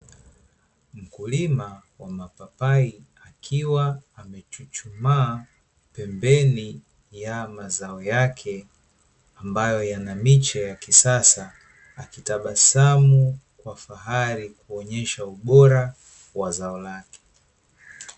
Mkulima wa mapapai akiwa amechuchumaa pembeni ya mazao yake ambayo yana miche ya kisasa, akitabasamu kwa fahari kuonyesha ubora wa zao lake.